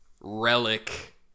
relic